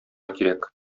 кирәк